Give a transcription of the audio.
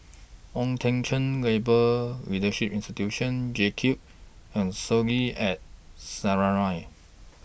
Ong Teng Cheong Labour Leadership Institute JCube and Soleil At Sinaran